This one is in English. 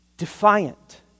Defiant